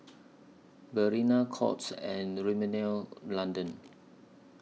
Balina Courts and Rimmel London